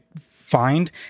find